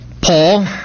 Paul